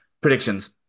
Predictions